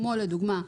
כמו לדוגמה,